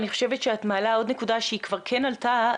אני חושבת שאת מעלה עוד נקודה שהיא כבר כן עלתה,